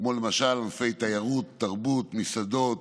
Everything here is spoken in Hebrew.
כמו למשל ענפי התיירות, התרבות, המסעדות,